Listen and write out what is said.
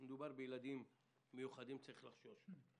כשמדובר בילדים מיוחדים צריך לחשוש,